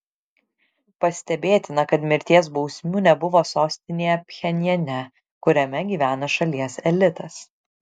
pastebėtina kad mirties bausmių nebuvo sostinėje pchenjane kuriame gyvena šalies elitas